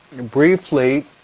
briefly